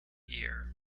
year